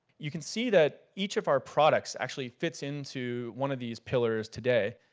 you can see that each of our products actually fits into one of these pillars today.